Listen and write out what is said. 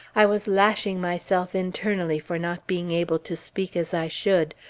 i was lashing myself internally for not being able to speak as i should,